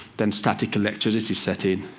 then static electricity set in.